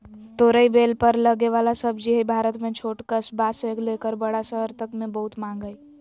तोरई बेल पर लगे वला सब्जी हई, भारत में छोट कस्बा से लेकर बड़ा शहर तक मे बहुत मांग हई